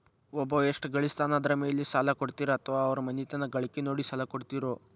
ಒಬ್ಬವ ಎಷ್ಟ ಗಳಿಸ್ತಾನ ಅದರ ಮೇಲೆ ಸಾಲ ಕೊಡ್ತೇರಿ ಅಥವಾ ಅವರ ಮನಿತನದ ಗಳಿಕಿ ನೋಡಿ ಸಾಲ ಕೊಡ್ತಿರೋ?